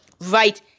right